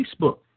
Facebook